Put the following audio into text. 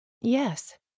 Yes